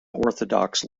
orthodox